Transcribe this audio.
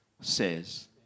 says